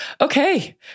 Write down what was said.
Okay